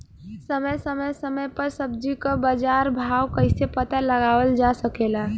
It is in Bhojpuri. समय समय समय पर सब्जी क बाजार भाव कइसे पता लगावल जा सकेला?